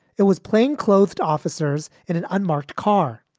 it was plain clothed officers in an unmarked car.